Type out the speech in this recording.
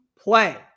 play